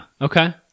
okay